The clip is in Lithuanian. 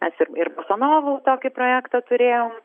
mes ir ir basanovų tokį projektą turėjom